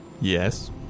Yes